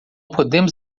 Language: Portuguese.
podemos